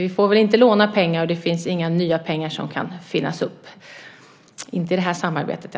Vi får inte låna pengar, och det finns inga nya pengar - inte i det här samarbetet.